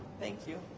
thank you.